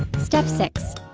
step six.